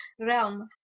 realm